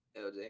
lj